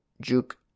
juke